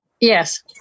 Yes